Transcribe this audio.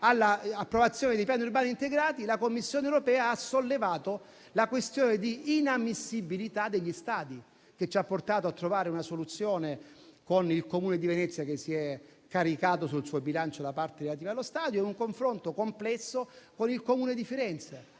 all'approvazione dei piani urbani integrati, la Commissione europea ha sollevato la questione di inammissibilità degli stadi che ci ha portato a trovare una soluzione con il Comune di Venezia che si è caricato sul suo bilancio la parte relativa allo stadio e un confronto complesso con il Comune di Firenze.